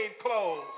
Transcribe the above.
clothes